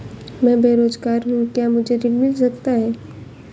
मैं बेरोजगार हूँ क्या मुझे ऋण मिल सकता है?